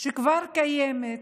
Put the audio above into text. שכבר קיימת,